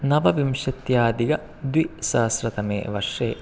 नवविंशत्यादिगद्विसहस्रतमे वर्षे